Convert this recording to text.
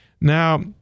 Now